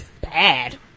bad